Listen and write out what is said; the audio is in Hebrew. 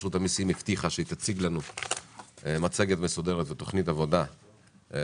רשות המסים הבטיחה שהיא תציג לנו מצגת מסודרת ותכנית עבודה לשנת